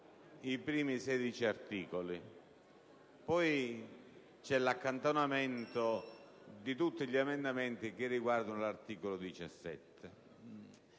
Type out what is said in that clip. i primi 16 articoli. Poi c'è l'accantonamento di tutti gli emendamenti che riguardano l'articolo 17